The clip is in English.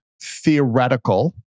theoretical